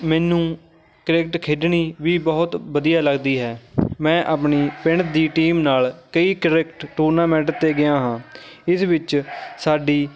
ਮੈਨੂੰ ਕ੍ਰਿਕਟ ਖੇਡਣੀ ਵੀ ਬਹੁਤ ਵਧੀਆ ਲੱਗਦੀ ਹੈ ਮੈਂ ਆਪਣੀ ਪਿੰਡ ਦੀ ਟੀਮ ਨਾਲ ਕਈ ਕ੍ਰਿਕਟ ਟੂਰਨਾਮੈਂਟ 'ਤੇ ਗਿਆ ਹਾਂ ਇਸ ਵਿੱਚ ਸਾਡੀ